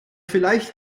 vielleicht